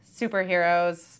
superheroes